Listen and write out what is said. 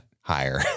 higher